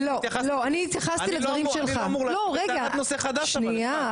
אני לא אמור תחת נושא חדש --- שנייה,